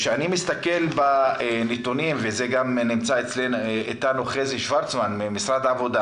כשאני מסתכל בנתונים נמצא פה איתנו חזי שוורצמן ממשרד העבודה